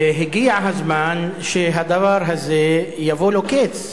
הגיע הזמן שהדבר הזה יבוא לו קץ.